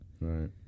right